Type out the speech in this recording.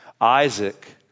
Isaac